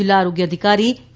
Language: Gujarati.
જિલ્લા આરોગ્ય અધિકારી જે